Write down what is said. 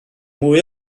mwy